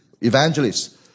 evangelists